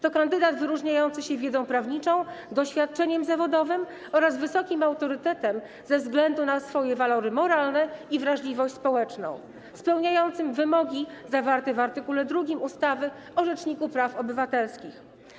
To kandydat wyróżniający się wiedzą prawniczą, doświadczeniem zawodowym oraz wysokim autorytetem, ze względu na swoje walory moralne i wrażliwość społeczną spełniający wymogi zawarte w art. 2 ustawy o Rzeczniku Praw Obywatelskich.